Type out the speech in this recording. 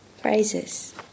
phrases